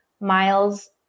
miles